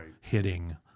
hitting